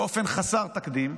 באופן חסר תקדים.